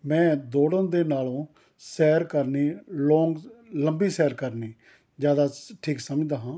ਮੈਂ ਦੌੜਨ ਦੇ ਨਾਲੋਂ ਸੈਰ ਕਰਨੀ ਲੌਗ ਲੰਬੀ ਸੈਰ ਕਰਨੀ ਜ਼ਿਆਦਾ ਠੀਕ ਸਮਝਦਾ ਹਾਂ